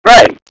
Right